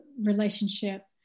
relationship